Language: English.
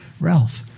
Ralph